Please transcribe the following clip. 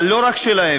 אבל לא רק שלהם.